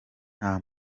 nta